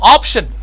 Option